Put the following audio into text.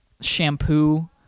shampoo